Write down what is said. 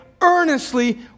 earnestly